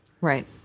Right